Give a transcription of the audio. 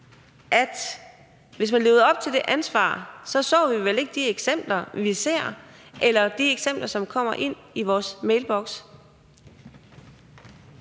For hvis man levede op til det ansvar, så vi vel ikke de eksempler, vi ser, eller de eksempler, som kommer ind i vores mailboks.